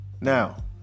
Now